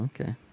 okay